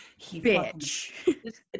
Bitch